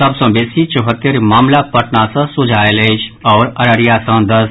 सभ सँ बेसी चौहत्तरि मामिला पटना सँ सोझा आयल अछि आओर अररिया सँ दस